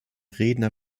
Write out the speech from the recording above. redner